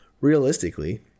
Realistically